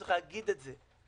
צריך להגיד את זה.